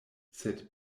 sed